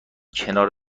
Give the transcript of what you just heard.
کنار